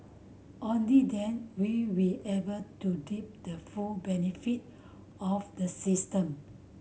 only then will we able to deep the full benefit of the system